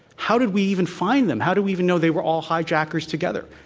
how did we even find them? how did we even know they were all hijackers toget her?